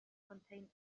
contained